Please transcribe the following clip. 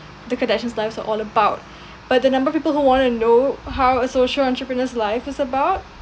the kardashian's lives are all about but the number of people who want to know how a social entrepreneur's life is about